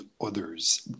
others